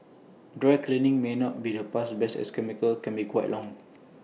dry cleaning may not be the bus best as chemicals can be quite long